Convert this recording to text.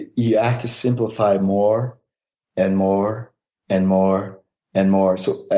you yeah have to simplify more and more and more and more. so